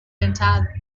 enter